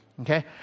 okay